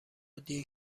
دیر